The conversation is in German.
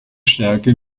stärke